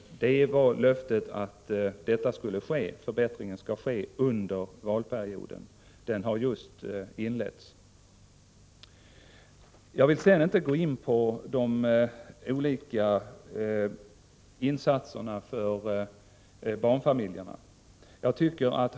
Löftet var att förbättringen skall ske under valperioden, och den har just inletts. Sedan vill jag inte gå in på de olika insatserna för barnfamiljerna.